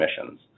emissions